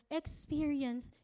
experience